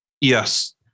Yes